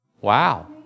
Wow